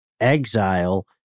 exile